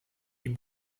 ihm